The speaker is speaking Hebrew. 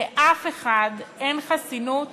לאף אחד אין חסינות